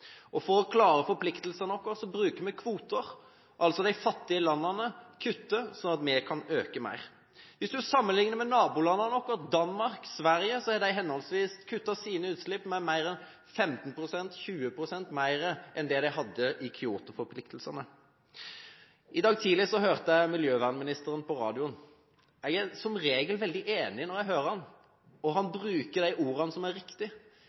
For å klare forpliktelsene våre bruker vi kvoter. De fattige landene kutter, sånn at vi kan øke mer. Hvis vi sammenligner med nabolandene våre Danmark og Sverige, har de kuttet sine utslipp med henholdsvis 15 og 20 pst. mer enn det de hadde i Kyoto-forpliktelsene. I dag tidlig hørte jeg miljøvernministeren på radioen. Jeg er som regel veldig enig når jeg hører ham, og han bruker de ordene som er